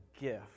gift